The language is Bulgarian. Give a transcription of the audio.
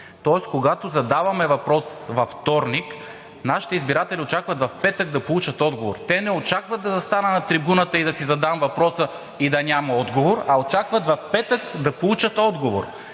Тоест, когато задаваме въпрос във вторник, нашите избиратели очакват в петък да получат отговор. Те не очакват да застана на трибуната и да си задам въпроса и да няма отговор, а очакват в петък да получат отговор,